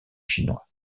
chinois